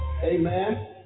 amen